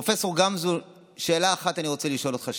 פרופ' גמזו, שאלה אחת אני רוצה לשאול אותך: